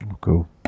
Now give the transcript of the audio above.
Cool